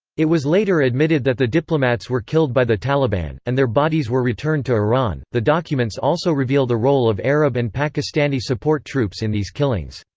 it was later admitted that the diplomats were killed by the taliban, and their bodies were returned to iran the documents also reveal the role of arab and pakistani support troops in these killings.